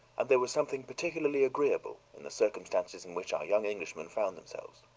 and there was something particularly agreeable in the circumstances in which our young englishmen found themselves.